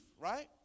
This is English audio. right